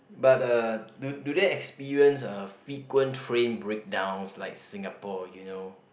but uh do do they experience uh frequent train breakdowns like Singapore you know